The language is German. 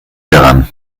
daran